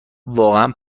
واقعا